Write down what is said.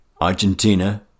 Argentina